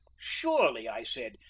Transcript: surely, i said,